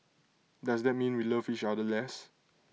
does that mean we love each other less